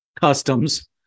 customs